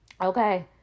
okay